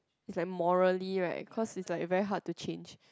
is like morally like cause is like very hard to change